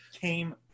came